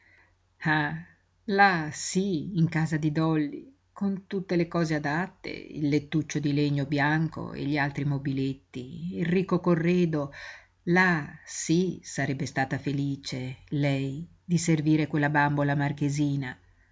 ah là sí in casa di dolly con tutte le cose adatte il lettuccio di legno bianco e gli altri mobiletti e il ricco corredo là sí sarebbe stata felice lei di servire quella bambola marchesina